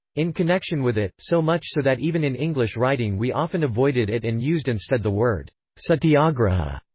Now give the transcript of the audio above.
in connection with it, so much so that even in english writing we often avoided it and used instead the word satyagraha.